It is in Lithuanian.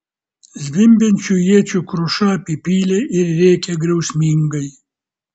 zvimbiančių iečių kruša apipylė ir rėkė griausmingai